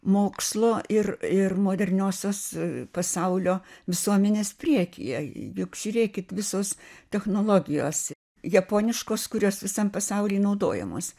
mokslo ir ir moderniosios pasaulio visuomenės priekyje juk žiūrėkit visos technologijos japoniškos kurios visam pasauly naudojamos